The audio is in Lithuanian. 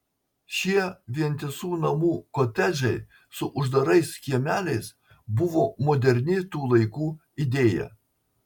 šie vientisų namų kotedžai su uždarais kiemeliais buvo moderni tų laikų idėja